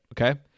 Okay